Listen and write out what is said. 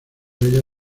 ella